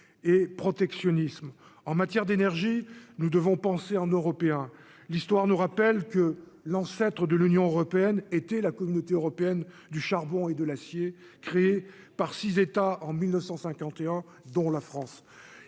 et protectionnisme en matière d'énergie, nous devons penser en Européens l'histoire nous rappelle que l'ancêtre de l'Union européenne était la Communauté européenne du charbon et de l'acier, créée par 6 États en 1951 dont la France,